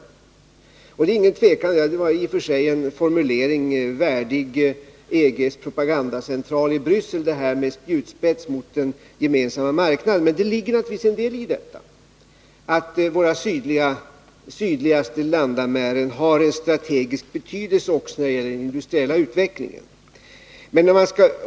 Detta med en spjutspets mot den gemensamma marknaden var i och för sig en formulering värdig EG:s propagandacentral i Bryssel, men det ligger naturligtvis en del i detta att våra sydligaste landamären har en strategisk betydelse också när det gäller den industriella utvecklingen.